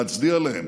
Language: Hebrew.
להצדיע להם,